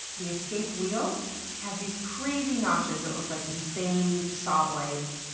the escape wheel has these crazy notches that look like insane sawblades.